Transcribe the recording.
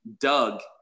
Doug